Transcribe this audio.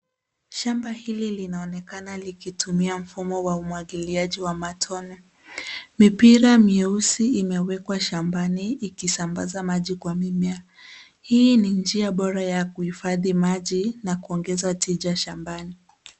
Shamba hili linaonekana likitumia mfumo wa umwagiliaji wa matone. Mipira myeusi imewekwa shambani ikisambaza maji kwa mimea. Hii ni njia bora ya kuhifadhi maji na kuongeza tija shambani.